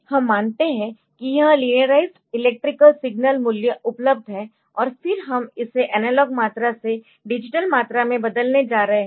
हम मानते है कि यह लीनियराइजड इलेक्ट्रिकल सिग्नल मूल्य उपलब्ध है और फिर हम इसे एनालॉग मात्रा से डिजिटल मात्रा में बदलने जा रहे है